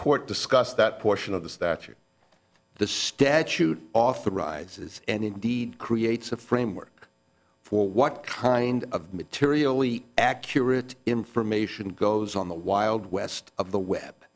court discuss that portion of this that you're the statute authorizes and indeed creates a framework for what kind of materially accurate information goes on the wild west of the we